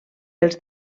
els